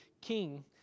king